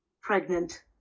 pregnant